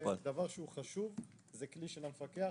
זה דבר חשוב, זה כלי של המפקח